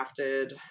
crafted